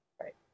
Right